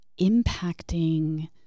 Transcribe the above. impacting